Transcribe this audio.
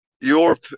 Europe